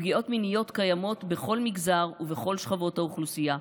פגיעות מיניות קיימות בכל מגזר ובכל שכבות האוכלוסייה.